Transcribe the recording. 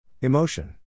Emotion